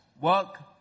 Work